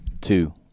two